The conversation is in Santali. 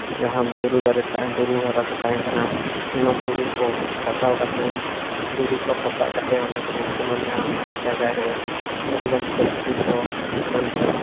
ᱡᱟᱦᱟᱸ ᱵᱩᱨᱩ ᱫᱟᱨᱮ ᱵᱩᱨᱩ ᱫᱟᱨᱮ ᱠᱚ ᱛᱟᱦᱮᱸ ᱠᱟᱱᱟ ᱚᱱᱟ ᱵᱩᱨᱩ ᱠᱚ ᱫᱷᱟᱥᱟᱣ ᱠᱟᱛᱮᱫ ᱫᱷᱤᱨᱤ ᱠᱚ ᱯᱚᱥᱟᱜ ᱠᱟᱛᱮᱫ ᱚᱱᱟ ᱠᱚᱵᱚᱱ ᱥᱚᱢᱟᱱᱮᱜᱼᱟ ᱚᱱᱟ ᱡᱟᱭᱜᱟᱨᱮ ᱟᱹᱰᱤᱜᱟᱱ ᱯᱷᱮᱠᱴᱮᱨᱤ ᱠᱚ ᱮᱢᱟᱱ ᱛᱮᱭᱟᱜ